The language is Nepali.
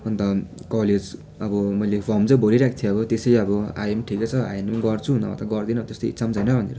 अन्त कलेज अब मैले फर्म चाहिँ भरिरहेको थिएँ अब त्यसै अब आए पनि ठिकै छ आयो भने गर्छु नभए गर्दिनँ त्यस्तो इच्छा छैन भनेर